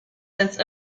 since